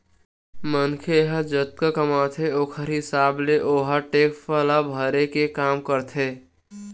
मनखे ह जतका कमाथे ओखर हिसाब ले ओहा टेक्स ल भरे के काम करथे